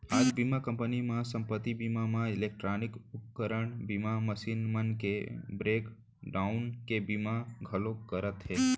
आज बीमा कंपनी मन संपत्ति बीमा म इलेक्टानिक उपकरन बीमा, मसीन मन के ब्रेक डाउन के बीमा घलौ करत हें